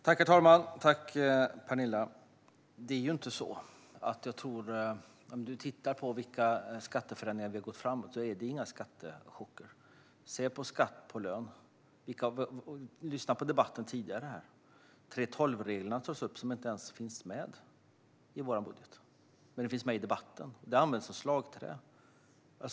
Herr talman! De skatteförändringar vi har gått fram med är inga skattechocker. 3:12-reglerna finns inte med i vår budget, men i debatten används de som slagträ.